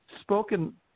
spoken